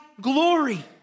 glory